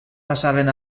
passaven